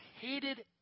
hated